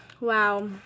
Wow